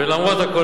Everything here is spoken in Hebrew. ולמרות הכול,